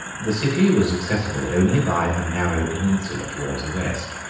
the city was accessible only by a narrow peninsula towards the west,